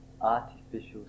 artificial